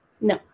No